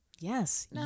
Yes